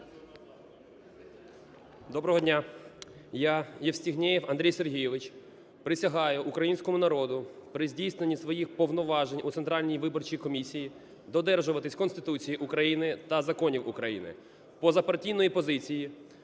Доброго дня! Я, Бернацька Наталія Іларіонівна, присягаю українському народу при здійсненні своїх повноважень у Центральній виборчій комісії додержуватися Конституції України та законів України, позапартійної позиції,